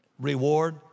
reward